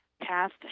passed